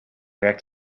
werkt